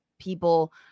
people